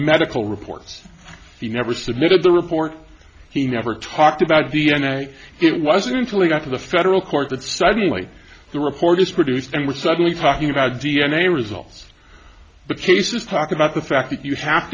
medical reports he never submitted the report he never talked about d n a it wasn't until he got to the federal court that suddenly the report is produced and we're suddenly talking about d n a results the case is talked about the fact that you have